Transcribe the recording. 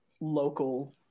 local